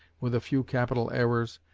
with a few capital errors,